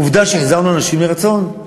עובדה שהחזרנו אנשים מרצון,